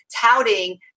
touting